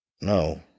No